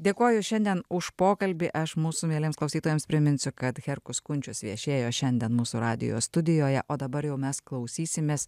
dėkoju šiandien už pokalbį aš mūsų mieliems klausytojams priminsiu kad herkus kunčius viešėjo šiandien mūsų radijo studijoje o dabar jau mes klausysimės